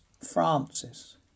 Francis